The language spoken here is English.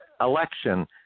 election